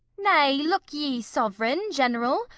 nay, look ye, sovereign, general,